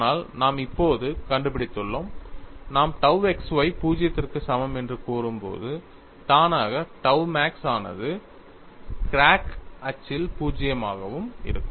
ஆனால் நாம் இப்போது கண்டுபிடித்துள்ளோம் நாம் tau xy 0 க்கு சமம் என்று கூறும்போது தானாக tau max ஆனது கிராக் அச்சில் 0 ஆகவும் இருக்கும்